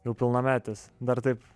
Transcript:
jau pilnametis dar taip